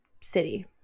city